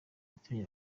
yatumye